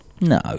No